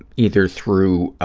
either through